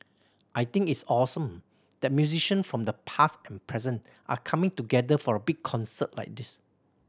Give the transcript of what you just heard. I think it's awesome that musician from the past and present are coming together for a big concert like this